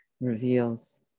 reveals